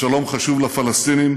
השלום חשוב לפלסטינים,